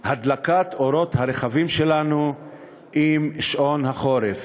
הדלקת אורות הרכבים שלנו לשעון החורף.